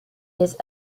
his